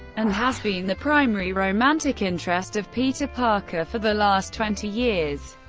and has been the primary romantic interest of peter parker for the last twenty years,